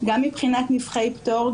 גם מבחינת נפחי פטור,